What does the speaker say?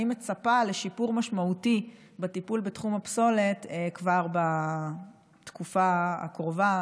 ואני מצפה לשיפור משמעותי בטיפול בתחום הפסולת כבר בתקופה הקרובה,